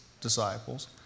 disciples